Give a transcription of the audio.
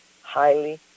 highly